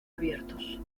abiertos